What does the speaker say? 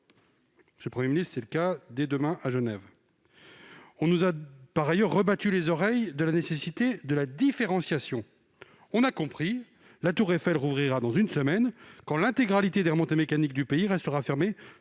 Monsieur le Premier ministre, ce sera le cas, dès demain, à Genève. On nous a, par ailleurs, rebattu les oreilles sur la nécessité de la différenciation. Nous avons compris : la tour Eiffel rouvrira dans une semaine, quand l'intégralité des remontées mécaniques du pays restera fermée